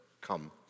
come